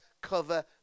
cover